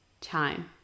time